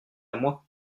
moi